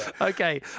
Okay